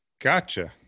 Gotcha